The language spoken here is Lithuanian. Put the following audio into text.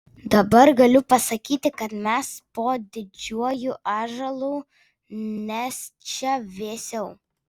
dabar galiu pasakyti kad mes po didžiuoju ąžuolu nes čia vėsiau